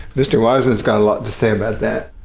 mr weisman has got a lot to say about that.